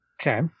Okay